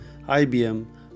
IBM